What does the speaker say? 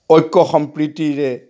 ঐক্য সম্প্ৰীতিৰে